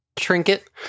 Trinket